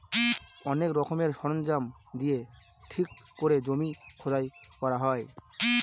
অনেক রকমের সরঞ্জাম দিয়ে ঠিক করে জমি খোদাই করা হয়